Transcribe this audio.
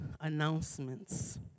announcements